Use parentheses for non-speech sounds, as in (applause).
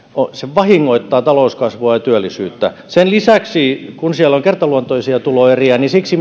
vahingoittaa talouskasvua ja työllisyyttä sen lisäksi kun siellä on kertaluontoisia tuloeriä siksi (unintelligible)